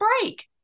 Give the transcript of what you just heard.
break